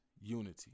unity